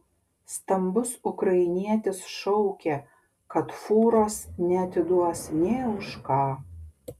stambus ukrainietis šaukė kad fūros neatiduos nė už ką